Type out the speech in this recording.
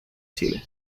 chile